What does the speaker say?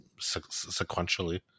sequentially